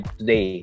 today